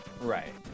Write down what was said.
Right